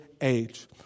age